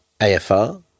AFR